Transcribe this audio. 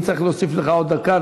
אם צריך להוסיף לך עוד דקה,